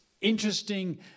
interesting